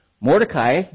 Mordecai